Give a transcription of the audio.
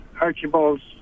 Archibald's